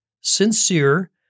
sincere